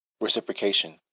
reciprocation